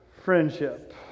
Friendship